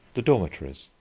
the dormitories,